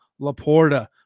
Laporta